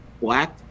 Black